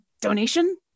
donation